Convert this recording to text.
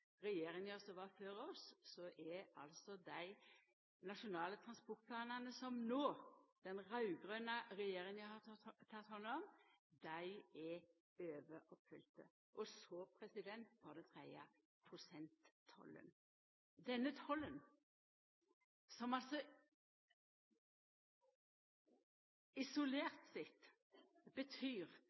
regjeringa som var før oss, er altså dei nasjonale transportplanane som no den raud-grøne regjeringa har teke hand om, overoppfylte. Og så, for det tredje: prosenttollen – denne tollen som altså isolert sett betyr